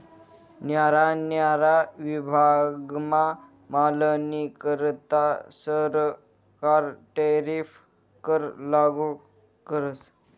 न्यारा न्यारा विभागमा मालनीकरता सरकार टैरीफ कर लागू करस